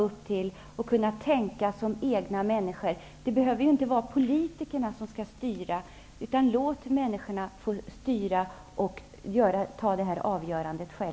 Låt oss få tänka som självständiga människor. Politikerna skall inte styra. Låt människorna få styra och avgöra själva vad de vill.